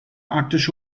arktische